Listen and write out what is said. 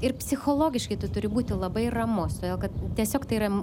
ir psichologiškai tu turi būti labai ramus kad tiesiog tai yra